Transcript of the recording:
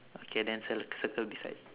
okay then cir~ circle beside